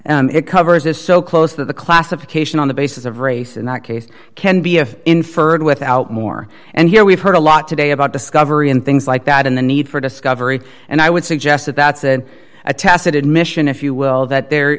it covers this so close to the classification on the basis of race in that case can be inferred without more and here we've heard a lot today about discovery and things like that and the need for discovery and i would suggest that that's a tacit admission if you will that the